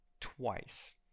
twice